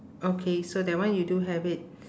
okay so that one you do have it